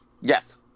Yes